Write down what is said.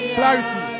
clarity